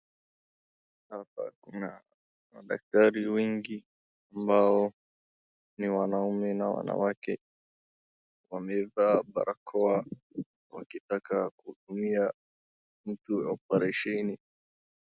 Hapa kuna madaktari wengi ambao ni wanaume na wanawake, wamevaa barakoa wakitaka kuhudumia mtu operesheni.